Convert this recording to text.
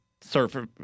surfer